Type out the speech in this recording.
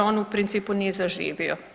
On u principu nije zaživio.